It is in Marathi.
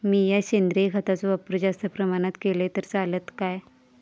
मीया सेंद्रिय खताचो वापर जास्त प्रमाणात केलय तर चलात काय?